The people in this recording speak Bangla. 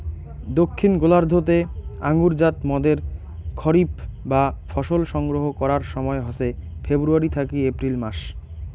দক্ষিন গোলার্ধ তে আঙুরজাত মদের খরিফ বা ফসল সংগ্রহ করার সময় হসে ফেব্রুয়ারী থাকি এপ্রিল মাস